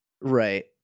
Right